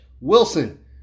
Wilson